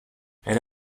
elle